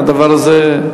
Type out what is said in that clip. והדבר הזה,